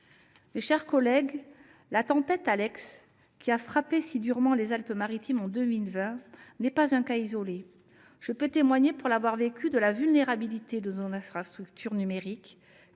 Mes chers collègues, la tempête Alex, qui a frappé si durement les Alpes Maritimes en 2020, n’est pas un cas isolé. Je peux témoigner, pour l’avoir vécue, de la vulnérabilité de nos infrastructures numériques.